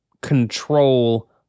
control